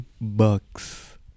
bucks